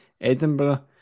Edinburgh